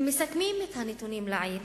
אם מסכמים את הנתונים לעיל